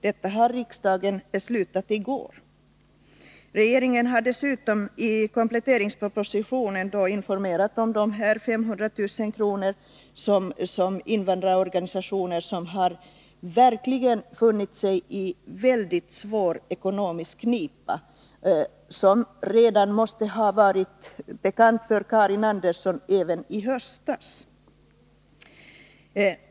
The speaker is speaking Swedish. Detta har riksdagen fattat beslut om i går. Regeringen har dessutom i kompletteringspropositionen informerat om de 500 000 kr. som skall utgå till de invandrarorganisationer som verkligen har befunnit sig i svår ekonomisk knipa. Detta måste ha varit bekant för Karin Andersson även i höstas!